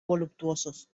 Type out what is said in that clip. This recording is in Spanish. voluptuosos